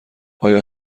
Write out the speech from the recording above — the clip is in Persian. آیا